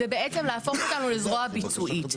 זה בעצם להפוך אותנו לזרוע ביצועית.